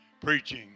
preaching